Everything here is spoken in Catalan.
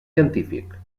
científic